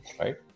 right